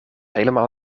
helemaal